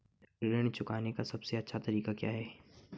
ऋण चुकाने का सबसे अच्छा तरीका क्या है?